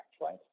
right